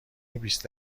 بیست